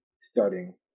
starting